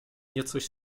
niecoś